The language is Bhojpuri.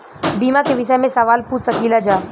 बीमा के विषय मे सवाल पूछ सकीलाजा?